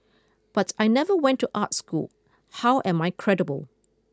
but I never went to art school how am I credible